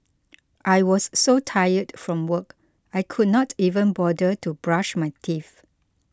I was so tired from work I could not even bother to brush my teeth